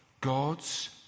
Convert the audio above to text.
God's